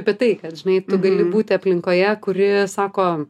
apie tai kad žinai tu gali būti aplinkoje kuri sako